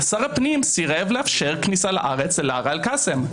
שר הפנים סרב לאפשר כניסה לארץ ללארה אל-קאסם,